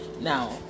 now